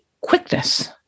quickness